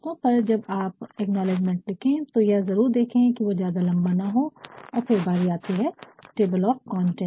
पर जब आप एक्नॉलेजमेंट लिखें तो यह जरूर देखें कि वह ज्यादा लंबा ना हो और फिर बारी आती है टेबल ऑफ कंटेंट की